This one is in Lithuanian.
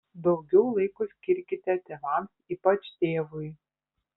daugiau laiko skirkite tėvams ypač tėvui